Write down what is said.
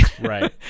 Right